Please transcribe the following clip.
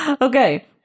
okay